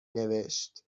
نوشت